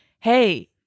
hey